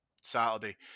Saturday